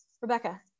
Rebecca